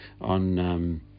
on